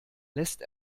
lässt